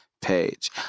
page